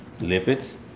Lipids